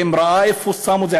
האם ראה איפה שמו את זה,